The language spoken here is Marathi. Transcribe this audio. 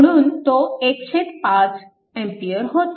म्हणून तो 15 A होतो